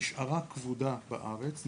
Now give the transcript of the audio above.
נשארה כבודה בארץ,